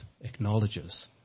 acknowledges